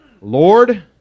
Lord